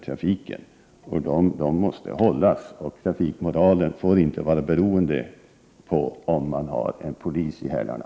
Dessa regler måste följas, och trafikmoralen får inte vara beroende av om man har en polis i hälarna.